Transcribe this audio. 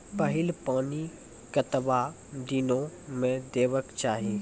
पहिल पानि कतबा दिनो म देबाक चाही?